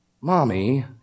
mommy